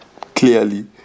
Clearly